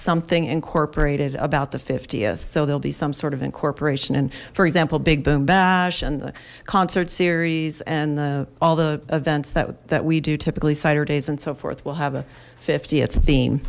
something incorporated about the fiftieth so there'll be some sort of incorporation and for example big boom bash and the concert series and the all the events that we do typically saturdays and so forth will have a th theme